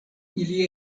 ili